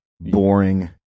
boring